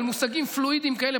על מושגים פלואידיים כאלה,